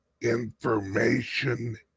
information